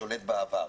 שולט בעבר.